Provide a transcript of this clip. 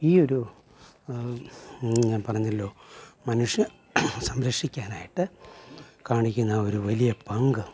ഈ ഒരു ഞാൻ പറഞ്ഞല്ലോ മനുഷ്യ സംരക്ഷിക്കാനായിട്ട് കാണിക്കുന്ന ആ ഒരു വലിയ പങ്ക്